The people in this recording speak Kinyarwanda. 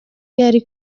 yari